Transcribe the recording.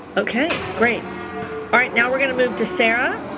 okay, great. all right, now we're going to move to sarah.